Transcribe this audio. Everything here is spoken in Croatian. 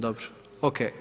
Dobro, ok.